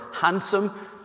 handsome